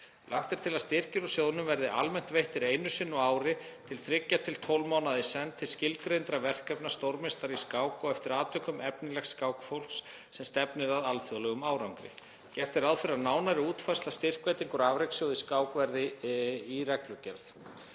Lagt er til að styrkir úr sjóðnum verði almennt veittir einu sinni á ári til þriggja til tólf mánaða í senn til skilgreindra verkefna stórmeistara í skák og eftir atvikum efnilegs skákfólks sem stefnir að alþjóðlegum árangri. Gert er ráð fyrir að nánari útfærsla styrkveitingar úr afrekssjóði í skák verði í reglugerð.